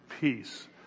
peace